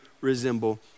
resemble